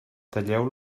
talleu